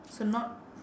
so not